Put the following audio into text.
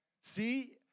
See